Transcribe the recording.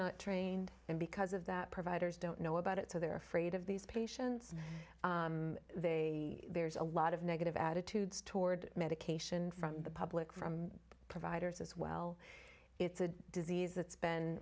not trained and because of that providers don't know about it so they're afraid of these patients they there's a lot of negative attitudes toward medication from the public from providers as well it's a disease that's been